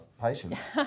patience